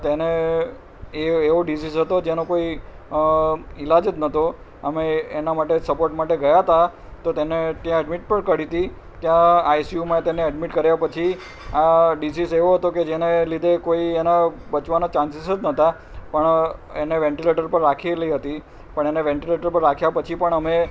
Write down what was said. તેને એવો ડીસીઝ હતો જેનો કોઈ ઈલાજ જ નહોતો અમે એના માટે સપોટ માટે ગયા હતા તો તેને ત્યાં એડમિટ પણ કરી તી ત્યાં આઈસીયુમાં તેને એડમિટ કર્યાં પછી આ ડીસીસ એવો હતો કે જેને લીધે કોઈ એના બચવાના ચાન્સીસ જ નહોતા પણ એને વેન્ટિલેટર પર રાખેલી હતી પણ એને વેન્ટિલેટર પર રાખ્યા પછી પણ અમે